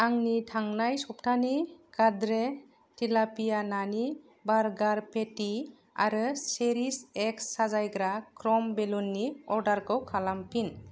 आंनि थांनाय सबथानि गाद्रे टिलापिया नानि बारगार पेटि आरो चेरिश एक्स साजायग्रा ख्रम बेलुननि अर्डारखौ खालामफिन